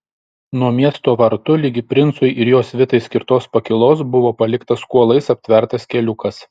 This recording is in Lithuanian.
nuo miesto vartų ligi princui ir jo svitai skirtos pakylos buvo paliktas kuolais aptvertas keliukas